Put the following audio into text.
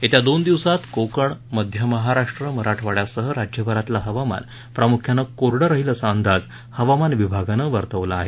येत्या दोन दिवसात कोकण मध्य महाराष्ट्र मराठवाड्यासह राज्यभरातलं हवामान मुख्यतः कोरडं राहील असा अंदाज हवामान विभागानं दिला आहे